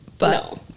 No